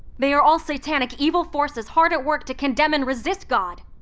they are all satanic evil forces hard at work to condemn and resist god.